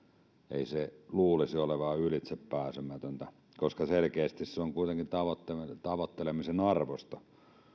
luulisi olevan ylitsepääsemätöntä koska selkeästi se on kuitenkin tavoittelemisen tavoittelemisen arvoista